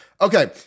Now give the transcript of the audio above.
Okay